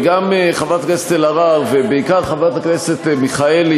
גם חברת הכנסת אלהרר ובעיקר חברת הכנסת מיכאלי,